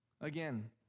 Again